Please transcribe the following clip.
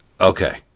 Okay